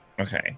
Okay